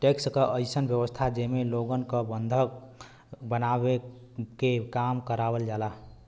tax क अइसन व्यवस्था जेमे लोगन क बंधक बनाके काम करावल जाला